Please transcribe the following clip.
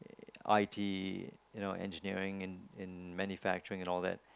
I_T you know engineering and and manufacturing and all that